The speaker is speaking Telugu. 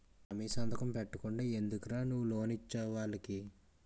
హామీ సంతకం పెట్టకుండా ఎందుకురా నువ్వు లోన్ ఇచ్చేవు వాళ్ళకి